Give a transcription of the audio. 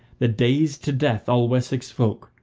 that dazed to death all wessex folk,